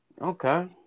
Okay